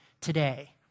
today